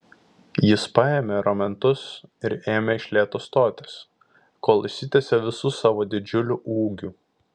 jis paėmė ramentus ir ėmė iš lėto stotis kol išsitiesė visu savo didžiuliu ūgiu